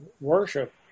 worship